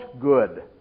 good